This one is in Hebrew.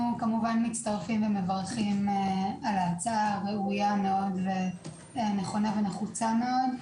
אנחנו כמובן מצטרפים ומברכים על ההצעה הראויה מאוד ונכונה ונחוצה מאוד.